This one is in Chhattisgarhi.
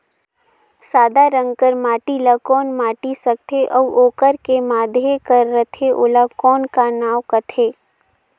सादा रंग कर माटी ला कौन माटी सकथे अउ ओकर के माधे कर रथे ओला कौन का नाव काथे?